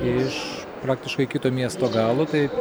iš praktiškai kito miesto galo tai